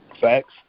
Facts